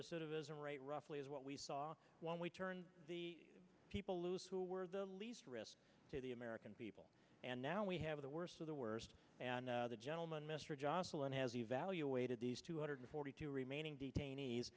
recidivism rate roughly is what we saw when we turned the people loose who were the least risk to the american people and now we have the worst of the worst and the gentleman mr josselin has evaluated these two hundred forty two remaining detainees